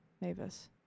Mavis